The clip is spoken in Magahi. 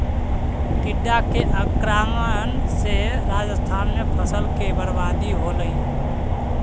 टिड्डा के आक्रमण से राजस्थान में फसल के बर्बादी होलइ